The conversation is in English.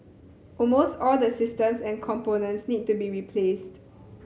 almost all the systems and components need to be replaced